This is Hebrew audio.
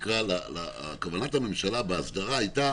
כוונת הממשלה בהסדרה הייתה